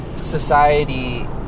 society